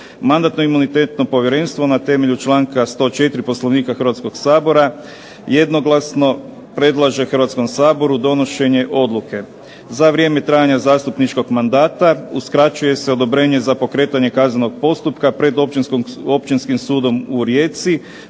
Mandatno-imunitetno povjerenstvo na temelju članka 104. Poslovnika Hrvatskoga sabora jednoglasno predlaže Hrvatskom saboru donošenje odluke: "Za vrijeme trajanja zastupničkog mandata uskraćuje se odobrenje za pokretanje kaznenog postupka pred Općinskim sudom u Rijeci